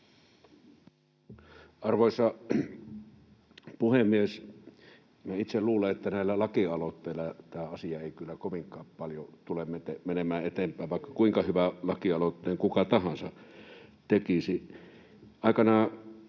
Arvoisa puhemies! Minä itse luulen, että näillä lakialoitteilla tämä asia ei kyllä kovinkaan paljon tule menemään eteenpäin, vaikka kuinka hyvän laki-aloitteen kuka tahansa tekisi.